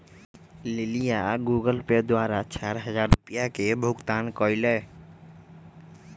लिलीया Google Pay द्वारा चार हजार रुपिया के भुगतान कई लय